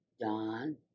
Don